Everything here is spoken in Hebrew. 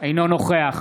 אינו נוכח